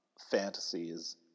fantasies